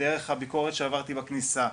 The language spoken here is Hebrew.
דרך הביקורת שעברתי בכניסה,